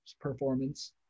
performance